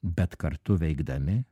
bet kartu veikdami